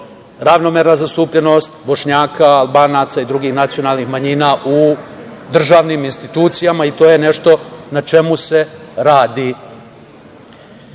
ravnomerna zastupljenost Bošnjaka, Albanaca i drugih nacionalnih manjina u državnim institucijama i to je nešto na čemu se radi. Mi